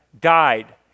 died